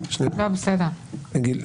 איגי,